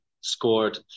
scored